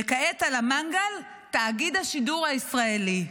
וכעת על המנגל, תאגיד השידור הישראלי.